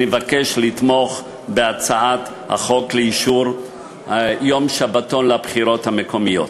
אני מבקש לתמוך בהצעת החוק לאישור יום שבתון בבחירות המקומיות.